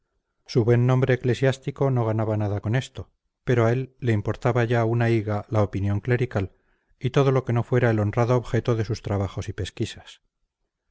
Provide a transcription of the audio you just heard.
su buen nombre eclesiástico no ganaba nada con esto pero a él le importaba ya una higa la opinión clerical y todo lo que no fuera el honrado objeto de sus trabajos y pesquisas